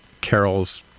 carol's